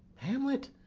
hamlet,